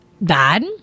bad